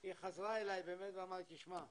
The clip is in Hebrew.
היא חזרה אלי ואמרה לי 'תשמע,